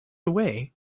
away